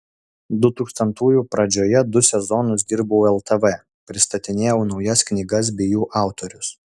dutūkstantųjų pradžioje du sezonus dirbau ltv pristatinėjau naujas knygas bei jų autorius